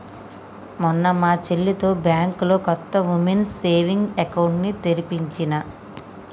మొన్న మా చెల్లితో బ్యాంకులో కొత్త వుమెన్స్ సేవింగ్స్ అకౌంట్ ని తెరిపించినా